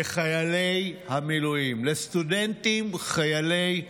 לחיילי המילואים, לסטודנטים חיילי מילואים.